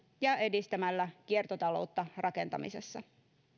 ja edistämällä kiertotaloutta rakentamisessa